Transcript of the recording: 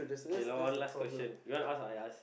K loh one last question you want ask or I ask